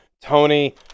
Tony